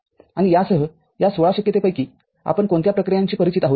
आणि यासह या १६ शक्यतेपैकीआपण कोणत्या प्रक्रियांशी परिचित आहोत